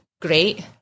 great